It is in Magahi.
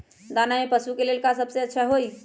दाना में पशु के ले का सबसे अच्छा होई?